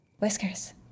Whiskers